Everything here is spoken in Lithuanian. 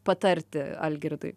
patarti algirdui